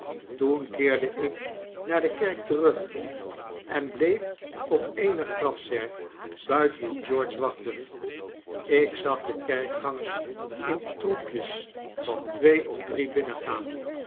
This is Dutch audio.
toen keerde ik naar dekerk terug en bleef op eene grafzerk buiten op george wachten ik zag de kerkgangers in troepjes van twee of drie binnengaan